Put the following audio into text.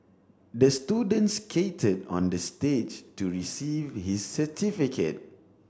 the student skated on the stage to receive his certificate